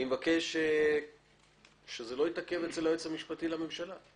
אני מבקש שזה לא יתעכב אצל היועץ המשפטי לממשלה.